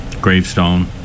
gravestone